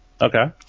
Okay